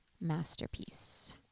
masterpiece